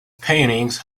paintings